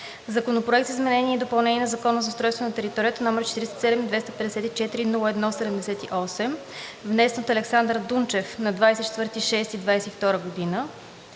Законопроект за изменение и допълнение на Закона за устройство на територията № 47 254 01 78, внесен от Александър Дунчев на 24 юни